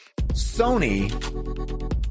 Sony